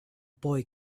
boy